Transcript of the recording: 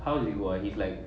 how did you were he's like